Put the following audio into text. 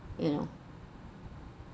you know